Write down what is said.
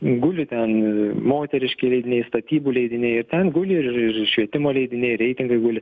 guli ten moteriški leidiniai statybų leidiniai ir ten guli ir švietimo leidiniai reitingai guli